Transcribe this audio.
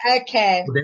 Okay